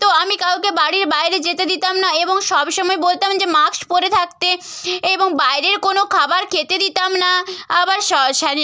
তো আমি কাউকে বাড়ির বাইরে যেতে দিতাম না এবং সবসময় বলতাম যে মাস্ক পরে থাকতে এবং বাইরের কোনো খাবার খেতে দিতাম না আবার স স্যানি